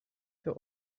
für